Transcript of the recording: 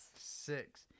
Six